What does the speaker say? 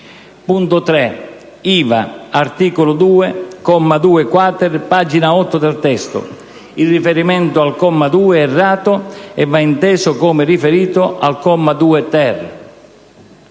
all'articolo 2, comma 2-*quater* (pagina 8 del testo), il riferimento al comma 2 è errato e va inteso come riferito al comma 2-*ter*.